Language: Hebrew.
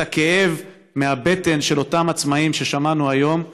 את הכאב מהבטן של אותם עצמאים ששמענו היום,